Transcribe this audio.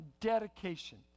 dedication